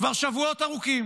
כבר שבועות ארוכים,